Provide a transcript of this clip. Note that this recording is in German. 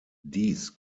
dies